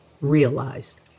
realized